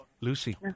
Lucy